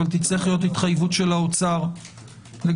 אבל תצטרך להיות התחייבות של האוצר לגבי